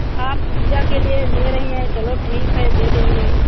आप पूजा के लिए ले रही हैं चलो ठीक है दे देंगे